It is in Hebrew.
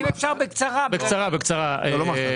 בקצרה, בבקשה.